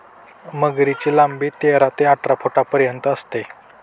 मगरीची लांबी तेरा ते अठरा फुटांपर्यंत असते